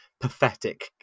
pathetic